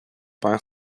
perd